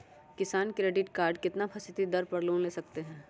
किसान credit card कितना फीसदी दर पर लोन ले सकते हैं?